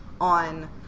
on